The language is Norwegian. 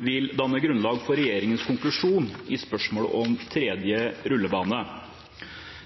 vil danne grunnlag for regjeringens konklusjon i spørsmålet om en tredje rullebane.